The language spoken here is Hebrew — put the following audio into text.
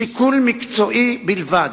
שיקול מקצועי בלבד.